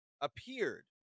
appeared